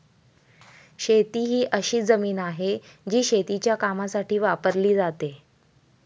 शेती ही अशी जमीन आहे, जी शेतीच्या कामासाठी वापरली जाते